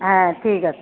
হ্যাঁ ঠিক আছে